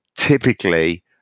Typically